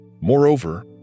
Moreover